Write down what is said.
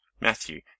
Matthew